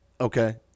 okay